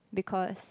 because